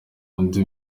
undi